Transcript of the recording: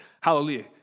hallelujah